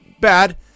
bad